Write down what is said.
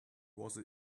was